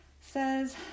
says